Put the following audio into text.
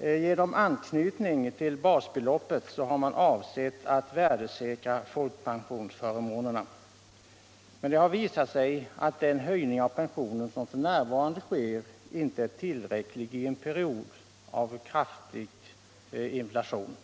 Genom anknytning till basbeloppet har man avsett att värdesäkra folkpensionsförmånerna, men det har visat sig att den höjning av pensionen som f. n. sker inte är tillräcklig i en period av kraftig inflation.